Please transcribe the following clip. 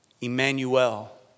Emmanuel